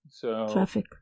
Traffic